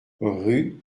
rue